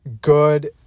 good